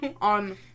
on